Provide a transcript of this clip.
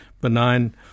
benign